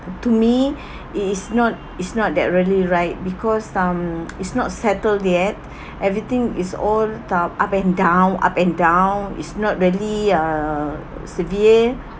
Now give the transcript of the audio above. to me it is not it's not that really right because um it's not settled yet everything is all uh up and down up and down is not really uh severe